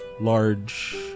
large